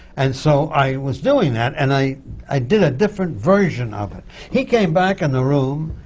and so, i was doing that, and i i did a different version of it. he came back in the room,